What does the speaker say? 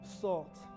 salt